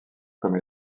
comme